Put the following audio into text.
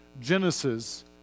Genesis